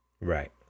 Right